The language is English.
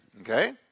Okay